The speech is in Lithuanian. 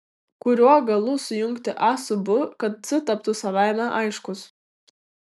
kuriuo galu sujungti a su b kad c taptų savaime aiškus